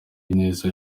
ineza